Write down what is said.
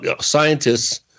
scientists